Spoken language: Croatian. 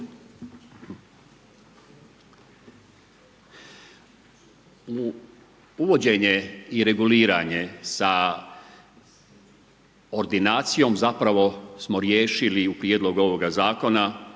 uvođenje i reguliranje sa ordinacijom zapravo smo riješili u prijedlogu ovoga zakona